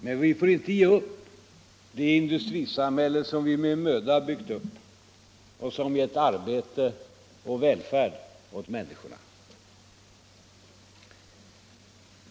Men vi får inte ge upp det industrisamhälle som vi med möda har byggt upp och som har gett arbete och välfärd åt människorna.